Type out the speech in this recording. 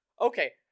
Okay